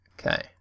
Okay